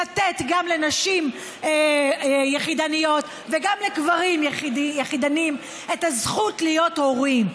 לתת גם לנשים יחידניות וגם לגברים יחידנים את הזכות להיות הורים,